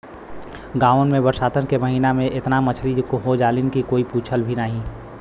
गांवन में बरसात के महिना में एतना मछरी हो जालीन की कोई पूछला भी नाहीं